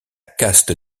caste